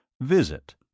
visit